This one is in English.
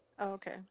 Okay